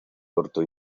corto